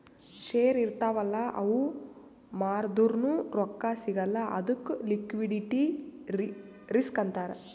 share ಇರ್ತಾವ್ ಅಲ್ಲ ಅವು ಮಾರ್ದುರ್ನು ರೊಕ್ಕಾ ಸಿಗಲ್ಲ ಅದ್ದುಕ್ ಲಿಕ್ವಿಡಿಟಿ ರಿಸ್ಕ್ ಅಂತಾರ್